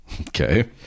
okay